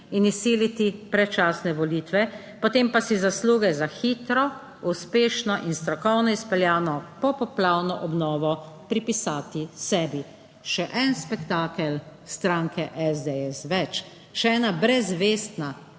in izsiliti predčasne volitve, potem pa si zasluge za hitro, uspešno in strokovno izpeljano popoplavno obnovo pripisati sebi. Še en spektakel stranke SDS več, še ena brezvestna